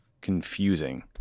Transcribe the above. confusing